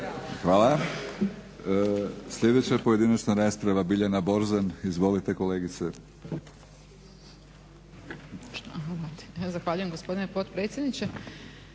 Hvala. Sljedeća pojedinačna rasprava Biljana Borzan. Izvolite kolegice. **Borzan, Biljana (SDP)** Zahvaljujem gospodine potpredsjedniče,